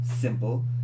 simple